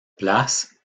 place